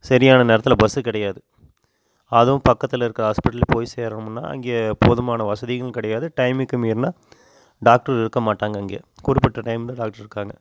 சரியான நேரத்தில் பஸ்ஸு கிடையாது அதுவும் பக்கத்தில் இருக்கிற ஹாஸ்பிட்டல் போய் சேரோமுன்னா அங்கே போதுமான வசதியும் கிடையாது டைமுக்கு மீறுனா டாக்ட்ரு இருக்க மாட்டாங்க இங்கே குறிப்பிட்ட டைம் தான் டாக்ட்ரு இருக்காங்க